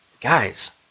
Guys